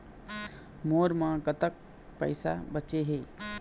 मोर म कतक पैसा बचे हे?